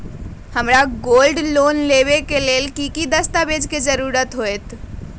हमरा gold loan लेबे के लेल कि कि दस्ताबेज के जरूरत होयेत?